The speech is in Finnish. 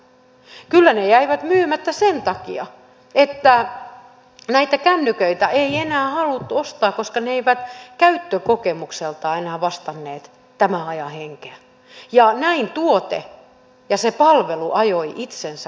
kyllä ne jäivät myymättä sen takia että näitä kännyköitä ei enää haluttu ostaa koska ne eivät käyttökokemukseltaan enää vastanneet tämän ajan henkeä ja näin tuote ja se palvelu ajoi itsensä ohi